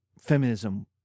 feminism